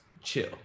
chill